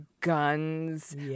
guns